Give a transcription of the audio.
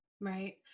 Right